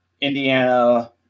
Indiana